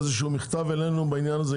איזשהו מכתב אלינו בעניין הזה,